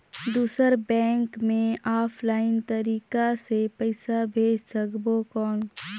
दुसर बैंक मे ऑफलाइन तरीका से पइसा भेज सकबो कौन?